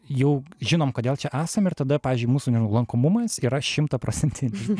jau žinom kodėl čia esam ir tada pavyzdžiui mūsų lankomumas yra šimtaprocentinis